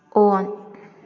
on